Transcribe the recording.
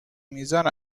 میزان